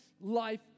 life